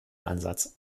ansatz